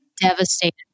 devastated